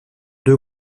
deux